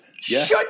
Shut